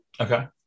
Okay